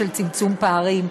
של צמצום פערים?